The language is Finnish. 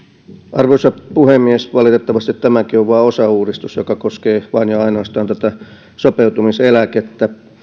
arvoisa puhemies valitettavasti tämäkin on vain osauudistus joka koskee vain ja ainoastaan tätä sopeutumiseläkettä